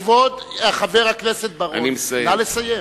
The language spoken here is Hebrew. כבוד חבר הכנסת בר-און, נא לסיים.